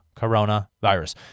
coronavirus